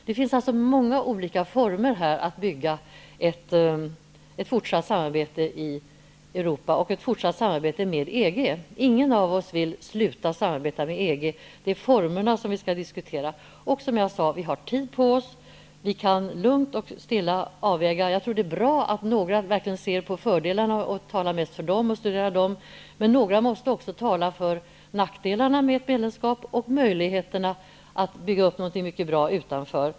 Det finns alltså många olika former att bygga ett fortsatt samarbete med EG och Europa på. Ingen av oss vill sluta att samarbeta med EG, utan det är formerna för det samarbetet som vi skall diskutera. Som jag sade har vi tid på oss. Vi kan lugnt och stilla avvakta. Jag tror att det är bra att några ser på fördelarna och talar mest för dessa, men några måste också tala för nackdelarna med ett medlemskap och om möjligheterna att bygga upp någonting mycket bra utanför.